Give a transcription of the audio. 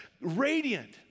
radiant